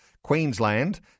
Queensland